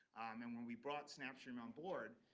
and when we brought snapstream on board,